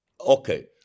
Okay